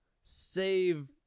save